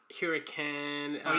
hurricane